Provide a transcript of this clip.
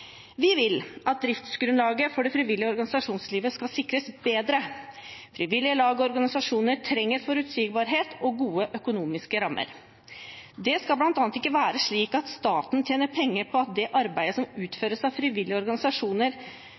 Vi vil at driftsgrunnlaget for det frivillige organisasjonslivet skal sikres bedre. Frivillige lag og organisasjoner trenger forutsigbarhet og gode økonomiske rammer. Det skal bl.a. ikke være slik at staten tjener penger på det arbeidet som utføres av frivillige organisasjoner,